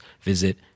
visit